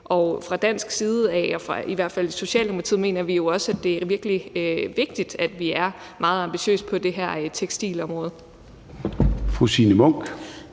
og gøre en kæmpestor forskel. Og i Socialdemokratiet mener vi jo også, at det er virkelig vigtigt, at vi er meget ambitiøse på det her tekstilområde.